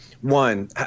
one